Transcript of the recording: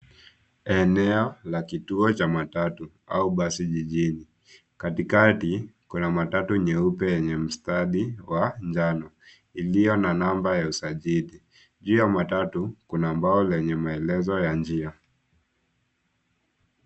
Eneo la kituo cha matatu au basi jijini, katikati kuna matatu nyeupe yenye mstari wa njano iliyo na namba ya usajili. Juu ya matatu, kuna mbao zenye maelezo ya njia.